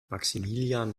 maximilian